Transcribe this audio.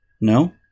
No